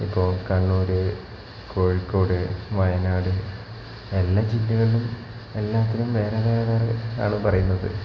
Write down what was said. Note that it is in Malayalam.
ഇപ്പോൾ കണ്ണൂർ കോഴിക്കോട് വയനാട് എല്ലാ ജില്ലകളിലും എല്ലാത്തിനും വേറെ വേറെ ആണ് പറയുന്നത്